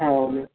అవును